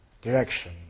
direction